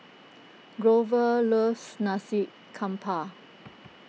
Grover loves Nasi Campur